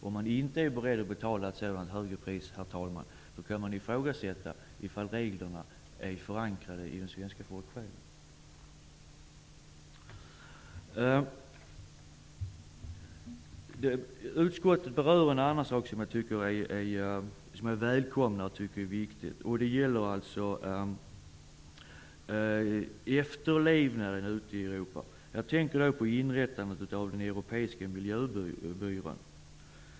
Om de inte är beredda att betala ett sådant högre pris kan man ifrågasätta att reglerna är förankrade i den svenska folksjälen. Utskottet berör en annan sak som är viktig, och det är något jag välkomnar. Det gäller efterlevnaden ute i Europa. Jag tänker då på inrättandet av den europeiska miljöbyrån.